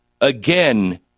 again